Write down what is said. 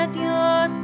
Dios